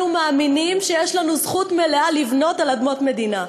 אנחנו מאמינים שיש לנו זכות מלאה לבנות על אדמות מדינה.